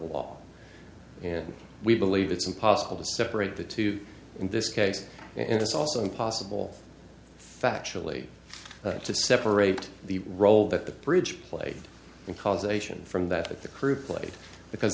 law and we believe it's impossible to separate the two in this case and it's also impossible factually to separate the role that the bridge played in causation from that of the crew played because